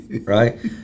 Right